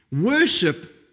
Worship